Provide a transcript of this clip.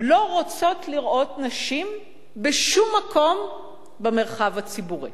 לא רוצות לראות נשים בשום מקום במרחב הציבורי.